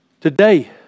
Today